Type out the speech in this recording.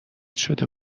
شده